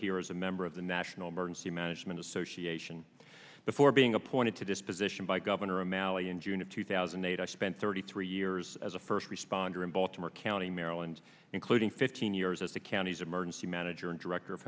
here as a member of the national emergency management association before being appointed to this position by governor o'malley in june of two thousand and eight i spent thirty three years as a first responder in baltimore county maryland including fifteen years as the county's emergency manager and director of